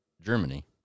Germany